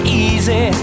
easy